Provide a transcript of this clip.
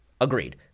Agreed